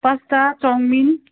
pasta chowmein